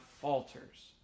falters